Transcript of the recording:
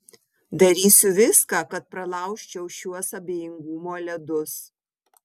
darysiu viską kad pralaužčiau šiuos abejingumo ledus